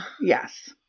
Yes